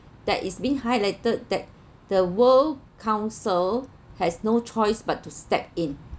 that is been highlighted that the world council has no choice but to step in